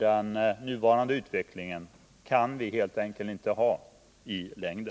Den nuvarande utvecklingen kan helt enkelt inte få fortsätta i längden.